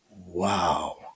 wow